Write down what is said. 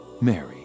mary